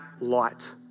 light